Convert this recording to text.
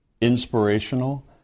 inspirational